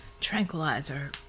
Tranquilizer